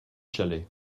chalet